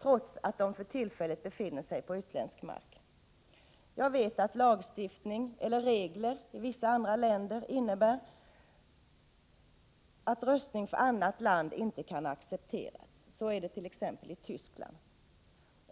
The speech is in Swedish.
trots att de för tillfället befinner sig på utländsk mark. I vissa länder finns det lagstiftning eller regler som innebär att röstning för annat land inte kan accepteras. Så är det t.ex. i Tyskland.